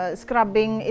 scrubbing